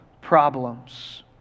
problems